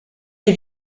les